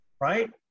right